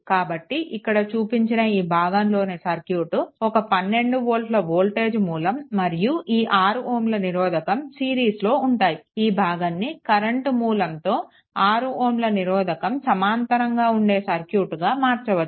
కాబట్టి ఇక్కడ చూపించిన ఈ భాగంలోని సర్క్యూట్లో ఒక 12 వోల్ట్ల వోల్టేజ్ మూలం మరియు ఈ 6 Ω నిరోధకం సిరీస్లో ఉంటాయి ఈ భాగాన్ని కరెంట్ మూలంతో 6 Ω నిరోధకం సమాంతరంగా ఉండే సర్క్యూట్గా మార్చవచ్చు